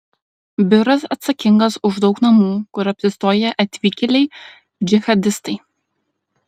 biuras atsakingas už daug namų kur apsistoję atvykėliai džihadistai